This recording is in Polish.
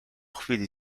chwili